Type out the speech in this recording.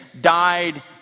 died